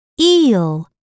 eel